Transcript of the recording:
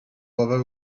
other